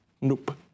Nope